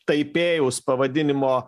taipėjaus pavadinimo